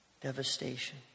devastation